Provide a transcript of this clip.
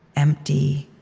empty,